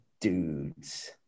dudes